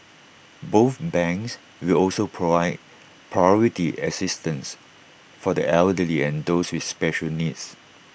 both banks will also provide priority assistance for the elderly and those with special needs